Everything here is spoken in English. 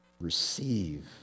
Receive